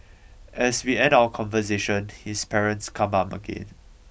as we end our conversation his parents come up again